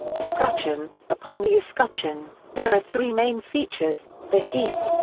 escutcheon upon the escutcheon, there are three main features the heath,